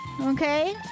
okay